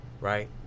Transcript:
right